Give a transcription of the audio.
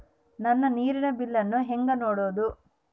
ನನ್ನ ನೇರಿನ ಬಿಲ್ಲನ್ನು ಹೆಂಗ ನೋಡದು?